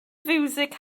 fiwsig